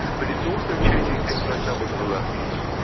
but it's also changing things like levels of alertness.